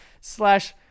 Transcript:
slash